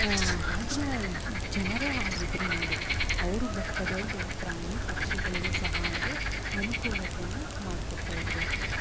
ಆಗಿನ ಜನರೆ ಆಗಿದ್ದರೂ ನೋಡಿ ಅವರು ಬದ್ಕದು ಅಲ್ಲದೆ ಪ್ರಾಣಿ ಪಕ್ಷಿಗಳಿಗೂ ಸಹ ಅವರು ಅನುಕೂಲತೆಯನ್ನ ಮಾಡ್ಕೊಡ್ತಾ ಇದ್ದರು